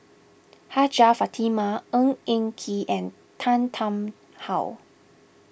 Hajjah Fatimah Ng Eng Kee and Tan Tarn How